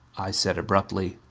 i said abruptly,